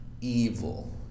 evil